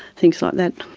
things like that.